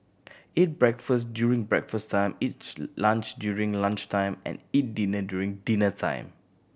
eat breakfast during breakfast time each lunch during lunch time and eat dinner during dinner time